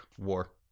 war